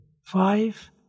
Five